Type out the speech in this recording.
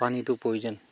পানীটো প্ৰয়োজন